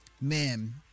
man